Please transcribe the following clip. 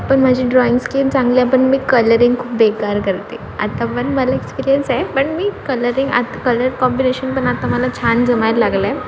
पण माझी drawing skill चांगली आहे पण मी कलरिंग खूप बेकार करते आत्ता पण मला एक्सपिरियन्स आहे पण मी कलरिंग आत् कलर कॉम्बिनेशन पण आता मला छान जमायला लागलं आहे